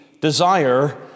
desire